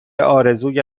آرزوی